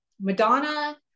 Madonna